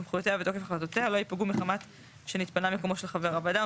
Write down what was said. סמכויותיה ותוקף החלטותיה לא ייפגעו מחמת שהתפנה מקומו של חבר הוועדה,